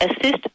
assist